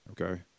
Okay